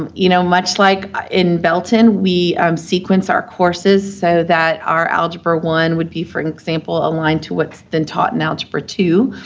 um you know, much like in belton, we sequence our courses so that our algebra algebra one would be, for an example, aligned to what's been taught in algebra two.